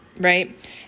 right